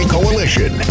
Coalition